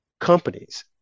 companies